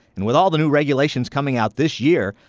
and with all the new regulations coming out this year,